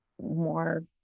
more